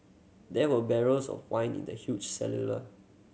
there were barrels of wine in the huge cellular